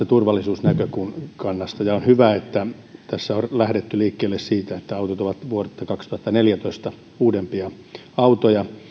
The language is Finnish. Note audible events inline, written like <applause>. <unintelligible> turvallisuusnäkökannasta on hyvä että on lähdetty liikkeelle siitä että autot ovat vuotta kaksituhattaneljätoista uudempia autoja